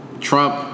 Trump